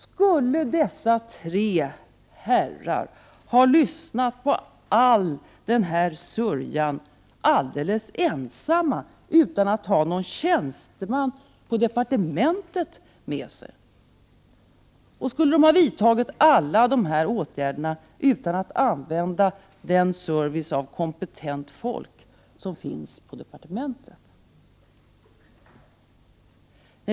Skulle dessa tre herrar ha lyssnat på all den här sörjan alldeles ensamma utan att ha någon tjänsteman från departementet med sig, och skulle de ha vidtagit alla de här åtgärderna utan att använda den service som kompetent folk på departementet kan ge?